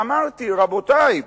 ואמרתי: רבותי,